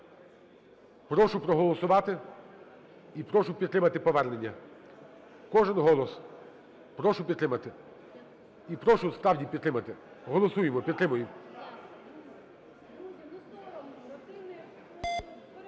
Прошу проголосувати. Прошу підтримати повернення. Кожен голос прошу підтримати. І прошу справді підтримати. Голосуємо, підтримуємо.